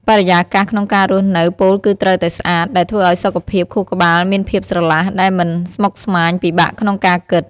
បរិយាកាសក្នុងការរស់នៅពោលគឺត្រូវតែស្អាត ដែលធ្វើសុខភាពខួរក្បាលមានភាពស្រឡះដែលមិនស្មុគស្មាញពិបាកក្នុងការគិត។